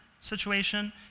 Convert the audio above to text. situation